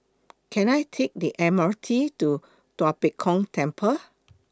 Can I Take The M R T to Tua Pek Kong Temple